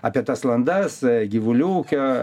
apie tas landas gyvulių ūkio